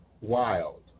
wild